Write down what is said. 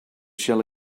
shell